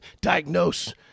diagnose